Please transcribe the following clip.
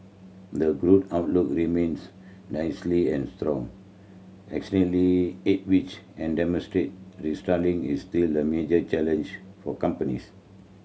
the growth outlook remains amid strong externally head which and domestic restructuring is still a major challenge for companies